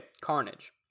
Carnage